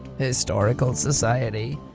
historical society?